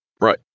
Right